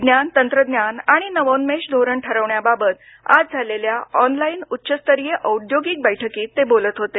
विज्ञान तंत्रज्ञान आणि नावोन्मेश धोरण ठरवण्याबाबत आज झालेल्या ऑनलाईन उच्चस्तरीय औद्यागिक बैठकीत ते बोलत होते